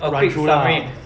a quick summary